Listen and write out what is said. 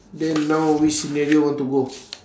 then now which scenario want to go